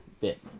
Bit